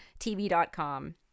TV.com